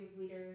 leaders